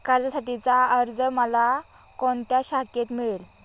कर्जासाठीचा अर्ज मला कोणत्या शाखेत मिळेल?